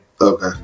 Okay